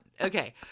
Okay